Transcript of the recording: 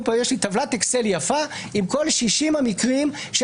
טבלת אקסל יפה עם כל 60 המקרים של